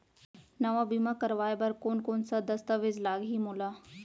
नवा बीमा करवाय बर कोन कोन स दस्तावेज लागही मोला?